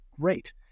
great